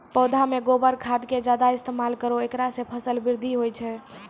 पौधा मे गोबर खाद के ज्यादा इस्तेमाल करौ ऐकरा से फसल बृद्धि होय छै?